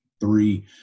three